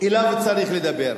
אליו צריך לדבר,